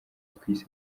twise